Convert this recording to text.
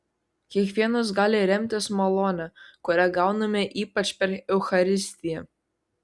kiekvienas gali remtis malone kurią gauname ypač per eucharistiją